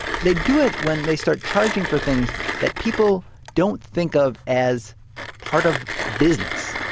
they do it when they start charging for things that people don't think of as part of business.